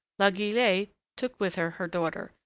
la guillette took with her her daughter,